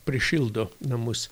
prišildo namus